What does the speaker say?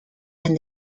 and